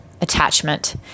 attachment